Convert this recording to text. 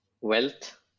wealth